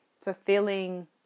fulfilling